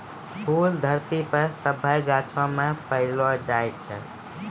फूल धरती पर सभ्भे गाछौ मे पैलो जाय छै